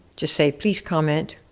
just say please comment,